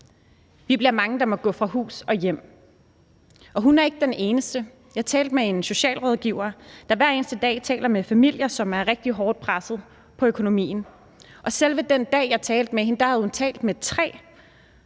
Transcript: Vi bliver mange, der må gå fra hus og hjem. Og hun er ikke den eneste. Jeg talte med en socialrådgiver, der hver eneste dag taler med familier, som er rigtig hårdt pressede på økonomien, og selve den dag, jeg talte med hende, havde hun talt med tre,